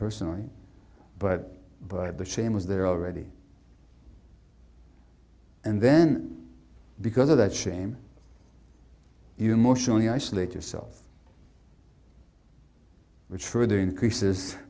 personally but but the shame is there already and then because of that shame you more surely isolate yourself which further increases